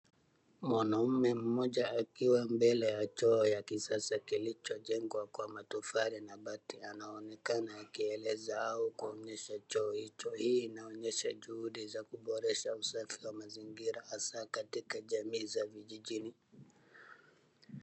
Mwanaume mmoja akiwa mbele choo ya kisasa kilichojengwa kwa matofali na bati. Anaonekana akieleza au kuonyesha choo hicho. Hii inaonyesha juhudi za kuboresha usafi wa mazingira hasa katika jamii za vijijini.